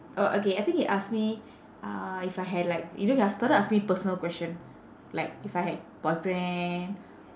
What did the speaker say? oh okay I think he ask me uh if I had like you know he ask started asking me personal question like if I had boyfriend